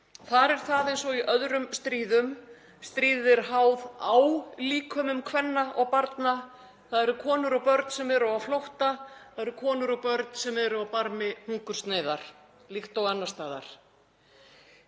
Þar er það eins og í öðrum stríðum, stríðið er háð á líkömum kvenna og barna. Það eru konur og börn sem eru á flótta, það eru konur og börn sem eru á barmi hungursneyðar líkt og annars staðar.